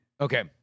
okay